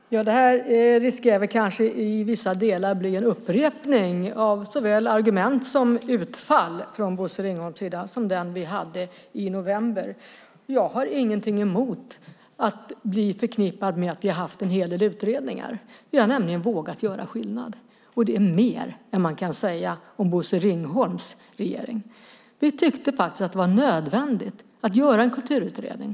Fru talman! Det här riskerar kanske att i vissa delar bli en upprepning, såväl när det gäller argument som utfall från Bosse Ringholms sida, av den debatt vi hade i november. Jag har ingenting emot att bli förknippad med att vi haft en hel del utredningar. Vi har nämligen vågat göra skillnad, och det är mer än man kan säga om Bosse Ringholms regering. Vi tyckte faktiskt att det var nödvändigt att göra en kulturutredning.